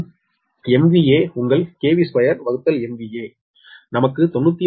எனவே MVA உங்கள் 2MVA நமக்கு 96